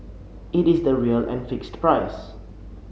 it is the real and fixed price